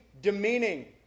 demeaning